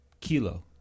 kilo